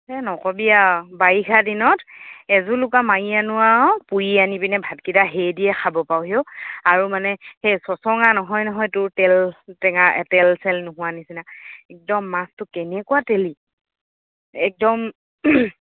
এ নক'বি আৰু বাৰিষা দিনত এজুলুকা মাৰি আনো আৰু পুৰি আনি পিনে ভাতকেইটা সেই দিয়ে খাব পাৰো সিও আৰু মানে সেই চচঙা নহয় নহয় তোৰ তেল টেঙা তেল চেল নোহোৱা নিচিনা একদম মাছটো কেনেকুৱা তেলি একদম